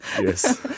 Yes